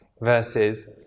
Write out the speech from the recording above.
versus